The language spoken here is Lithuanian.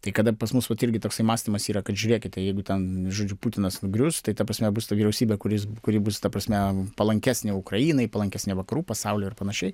tai kada pas mus irgi toksai mąstymas yra kad žiūrėkite jeigu ten žodžiu putinas grius tai ta prasme bus ta vyriausybė kuri kuri bus ta prasme palankesnė ukrainai palankesnė vakarų pasauliui ir panašiai